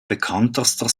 bekanntester